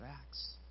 Acts